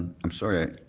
i'm sorry,